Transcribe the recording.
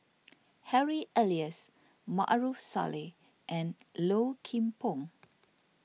Harry Elias Maarof Salleh and Low Kim Pong